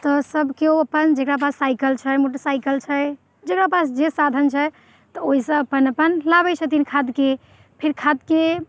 तऽ सभ केओ अपन जेकरा पास साइकिल छै मोटर साइकिल छै जेकरा पास जे साधन छै तऽ ओहि से अपन अपन लाबैत छथिन खादके फिर खादके